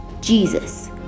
jesus